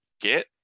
get